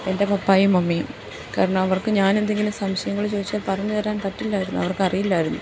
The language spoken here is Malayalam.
എൻ്റെ പപ്പായും മമ്മിയും കാരണം അവർക്ക് ഞാന് എന്തെങ്കിലും സംശയങ്ങൾ ചോദിച്ചാൽ പറഞ്ഞു തരാൻ പറ്റില്ലാരുന്നു അവർക്കറിയില്ലാരുന്നു